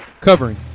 Covering